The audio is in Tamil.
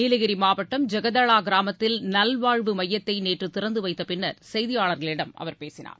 நீலகிரிமாவட்டம் ஜெகதளாகிராமத்தில் நல்வாழ்வு மையத்தைநேற்றுதிறந்துவைத்தப் பின்னர் செய்தியாளர்களிடம் அவர் பேசினார்